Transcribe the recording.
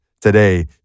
today